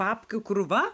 papkių krūva